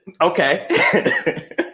Okay